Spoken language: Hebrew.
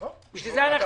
בשביל זה אנחנו כאן.